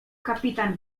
kapitan